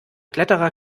kletterer